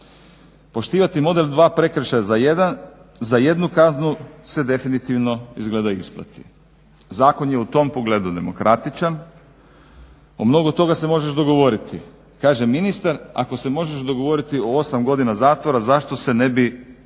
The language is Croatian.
Poštivati model dva prekršaja za jednu kaznu se definitivno izgleda isplati. Zakon je u tom pogledu demokratičan, o mnogo toga se možeš dogovoriti. Kaže ministar ako se možeš dogovoriti o osam godina zatvora zašto se ne bi